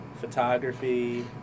photography